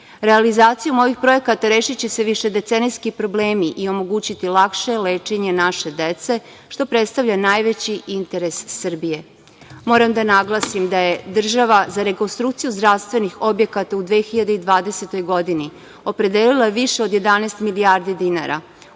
operišu. Realizacijom ovih projekata rešiće se višedecenijski problemi i omogućiti lakše lečenje naše dece, što predstavlja najveći interes Srbije. Moram da naglasim da je država za rekonstrukciju zdravstvenih objekata u 2020. godini opredelila više od 11 milijardi dinara.